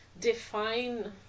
define